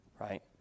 Right